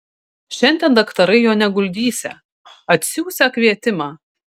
šiandien daktarai jo neguldysią atsiųsią kvietimą